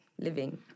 living